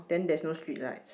then there is not street light